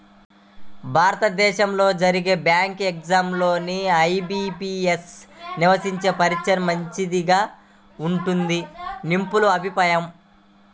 భారతదేశంలో జరిగే bank exams లో ఐ.బీ.పీ.యస్ నిర్వహించే పరీక్షనే మంచిగా ఉంటుందని నిపుణుల అభిప్రాయం